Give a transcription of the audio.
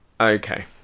okay